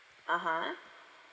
(uh huh)